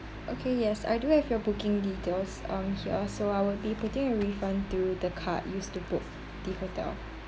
okay yes I do have your booking details um here so I'll be putting a refund through the card used to book the hotel